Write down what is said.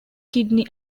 kidney